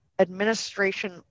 administration